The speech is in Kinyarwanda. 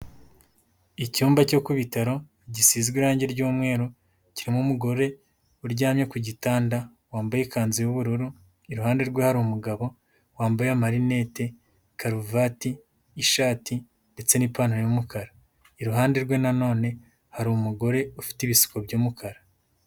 Icyumba cyo ku bitaro, gisizwe irange ry'umweru, kirimo umugore uryamye ku gitanda, wambaye ikanzu y'ubururu, iruhande rwe hari umugabo, wambaye amarinete, karuvati, ishati ndetse n'ipantaro y'umukara. Iruhande rwe nanone, hari umugore ufite ibisuko by'umukara.